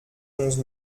onze